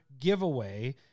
giveaway